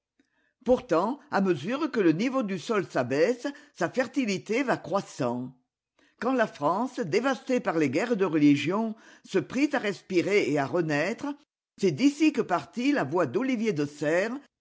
pourtant à mesure que le niveau du sol s'abaisse sa fertilité va croissant quand la france dévastée par les guerres de religion se prit à respirer et à renaître c'est d'ici que partit la voix d'olivier